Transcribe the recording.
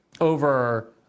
over